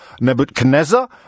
Nebuchadnezzar